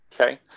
Okay